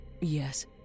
Yes